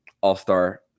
All-Star